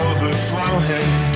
Overflowing